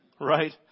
Right